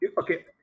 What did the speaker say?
Okay